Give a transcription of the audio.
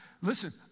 Listen